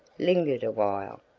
lingered awhile,